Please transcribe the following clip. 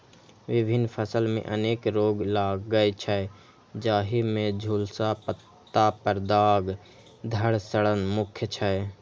विभिन्न फसल मे अनेक रोग लागै छै, जाहि मे झुलसा, पत्ता पर दाग, धड़ सड़न मुख्य छै